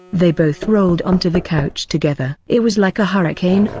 they both rolled onto the couch together. it was like a hurricane,